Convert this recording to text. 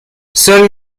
seul